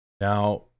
Now